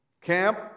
camp